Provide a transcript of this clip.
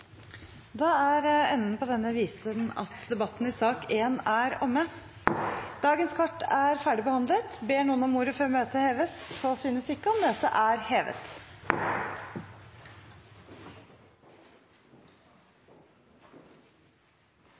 Da er enden på denne visen at debatten i sak nr. 1 er omme. Dagens kart er ferdigbehandlet. Ber noen om ordet før møtet heves? – Så synes ikke, og møtet er hevet.